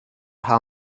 how